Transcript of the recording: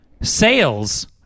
sales